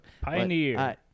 Pioneer